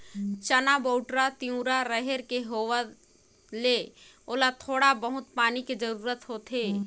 चना, बउटरा, तिंवरा, रहेर के होवत ले ओला थोड़ा बहुत पानी के जरूरत होथे